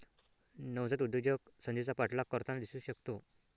नवजात उद्योजक संधीचा पाठलाग करताना दिसू शकतो